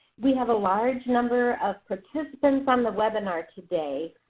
we have a large number of participants on the webinar today.